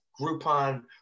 groupon